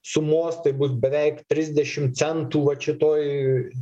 sumos tai bus beveik trisdešim centų vat šitoj